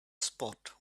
spot